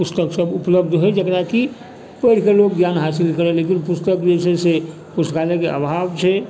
पुस्तकसभ उपलब्ध होइ जकरा कि पढ़िके लोक ज्ञान हासिल करै लेकिन पुस्तक जे छै से पुस्तकालयके अभाव छै